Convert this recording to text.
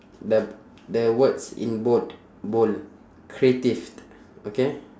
the the words in bold bold creative okay